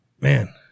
man-